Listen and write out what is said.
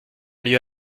lieu